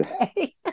okay